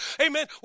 Amen